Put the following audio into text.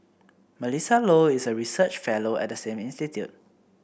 Melissa Low is a research fellow at the same institute